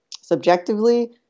subjectively